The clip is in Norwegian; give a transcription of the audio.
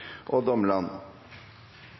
og